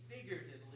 figuratively